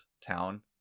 town